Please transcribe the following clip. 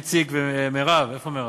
איציק ומירב, איפה מירב?